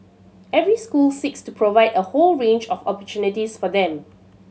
every school seeks to provide a whole range of opportunities for them